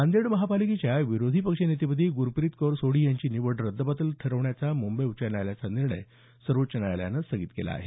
नांदेड महापालिकेच्या विरोधी पक्षनेतेपदी ग्रप्रीतकौर सोढी यांची निवड रद्दबातल ठरवण्याचा मंबई उच्च न्यायालयाच्या निर्णयाला सर्वोच्च न्यायालयानं स्थगिती दिली आहे